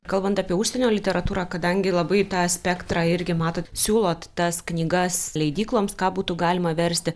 kalbant apie užsienio literatūrą kadangi labai tą spektrą irgi matot siūlot tas knygas leidykloms ką būtų galima versti